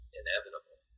inevitable